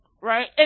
Right